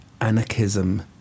anarchism